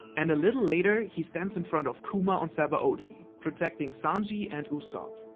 and a little later he stands in front of kuma on sabaody, protecting sanji and usopp.